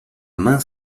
main